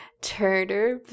Turner